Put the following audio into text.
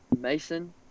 Mason